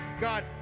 God